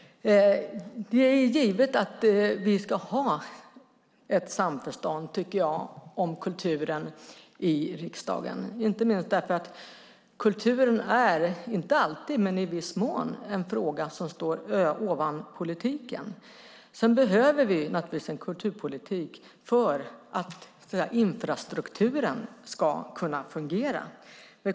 Det är givet att vi ska ha ett samförstånd om kulturen i riksdagen, inte minst därför att kulturen är - inte alltid, men i viss mån - en fråga som står ovan politiken. Vi behöver en kulturpolitik för att infrastrukturen ska fungera.